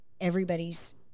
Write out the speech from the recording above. everybody's